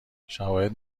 شواهد